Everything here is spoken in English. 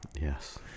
yes